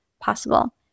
possible